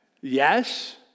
Yes